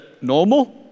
normal